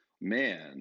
man